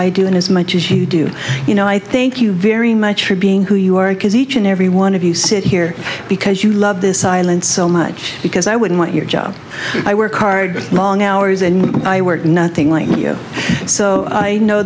and as much as you do you know i thank you very much for being who you are because each and every one of you sit here because you love this silence so much because i wouldn't want your job i work hard long hours and i work nothing like you so i know